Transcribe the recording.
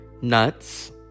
Nuts